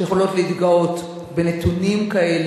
שיכולה להתגאות בנתונים כאלה,